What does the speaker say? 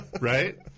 Right